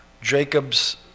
Jacob's